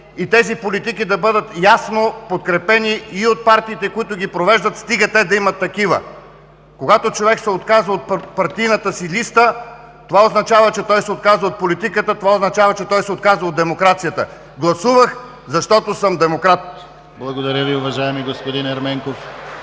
и те да бъдат ясно подкрепени и от партиите, които ги провеждат, стига те да имат такива. Когато човек се отказва от партийната си листа, означава, че той се отказва от политиката, това означава, че се отказва от демокрацията. Гласувах, защото съм демократ. (Ръкопляскания от